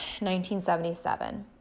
1977